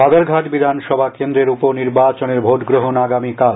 বাধারঘাট বিধানসভা কেন্দ্রের উপনির্বাচনের ভোট গ্রহণ আগামীকাল